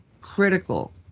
critical